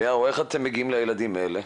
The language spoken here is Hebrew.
ישעיהו, איך אתם מגיעים לילדים האלה?